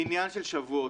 עניין של שבועות.